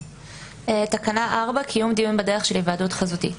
קיום דיון בדרך של היוועדות חזותית